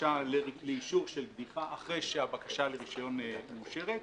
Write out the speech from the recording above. לבקשה לאישור של קדיחה אחרי שהבקשה לרישיון מאושרת,